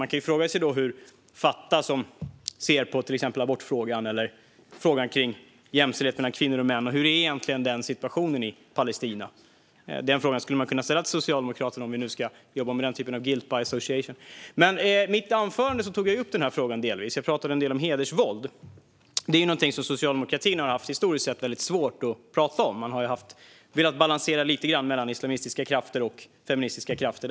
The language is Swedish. Man kan fråga sig hur Fatah ser på abortfrågan och på frågan om jämställdhet mellan kvinnor och män. Hur är egentligen den situationen i Palestina? Den frågan kan man ställa till Socialdemokraterna, om vi nu ska jobba med den typen av guilt by association. I mitt anförande tog jag delvis upp denna fråga. Jag talade en del om hedersvåld. Det är något som Socialdemokraterna historiskt sett har haft svårt att prata om. De har velat balansera lite grann mellan islamistiska krafter och feministiska krafter.